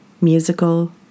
musical